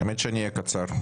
האמת שאני אהיה קצר.